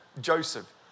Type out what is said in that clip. Joseph